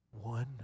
one